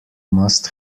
must